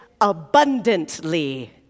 abundantly